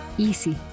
Easy